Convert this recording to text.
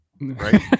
right